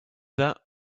that